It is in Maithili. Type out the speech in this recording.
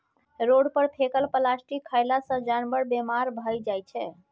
रोड पर फेकल प्लास्टिक खएला सँ जानबर बेमार भए जाइ छै